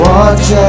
Watch